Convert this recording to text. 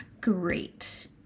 Great